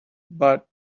but